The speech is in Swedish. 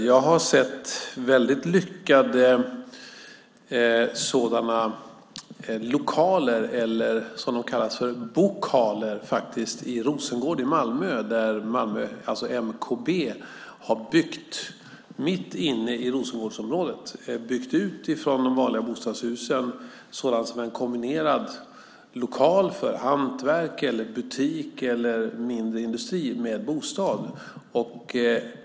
Jag har sett väldigt lyckade sådana lokaler eller, som de kallas för, bokaler i Malmö, där MKB mitt inne i Rosengårdsområdet har byggt ut de vanliga bostadshusen med lokaler för hantverk, butik eller mindre industri kombinerade med bostäder.